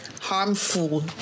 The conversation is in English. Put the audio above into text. harmful